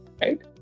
Right